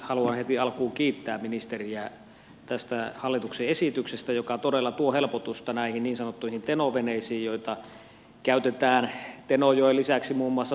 haluan heti alkuun kiittää ministeriä tästä hallituksen esityksestä joka todella tuo helpotusta näihin niin sanottuihin teno veneisiin joita käytetään tenojoen lisäksi muun muassa tornionjoella